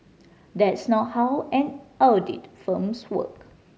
that's not how an audit firms work